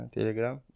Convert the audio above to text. Telegram